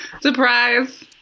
Surprise